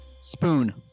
spoon